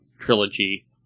trilogy